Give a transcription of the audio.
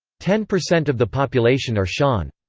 ten percent of the population are shan.